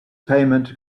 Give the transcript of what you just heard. payment